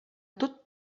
tot